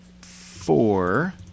four